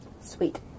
Sweet